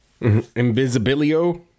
Invisibilio